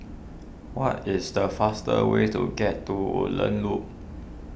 what is the fastest way to get to Woodlands Loop